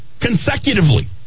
consecutively